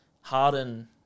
Harden